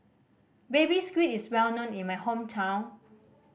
Baby Squid is well known in my hometown